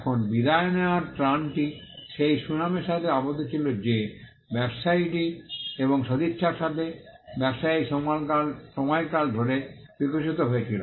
এখন বিদায় নেওয়ার ত্রাণটি সেই সুনামের সাথে আবদ্ধ ছিল যে ব্যবসায়ীটি এবং সদিচ্ছার সাথে ব্যবসায়ী সময়কাল ধরে বিকশিত হয়েছিল